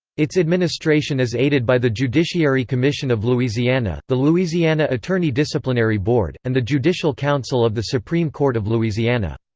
its administration is aided by the judiciary commission of louisiana, the louisiana attorney disciplinary board, and the judicial council of the supreme court of louisiana.